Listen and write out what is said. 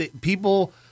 People